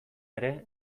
ere